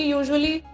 usually